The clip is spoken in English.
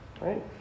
Right